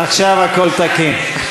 עכשיו הכול תקין.